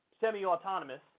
semi-autonomous